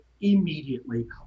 immediately